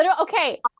okay